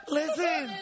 listen